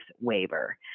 waiver